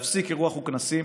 להפסיק אירוח וכנסים.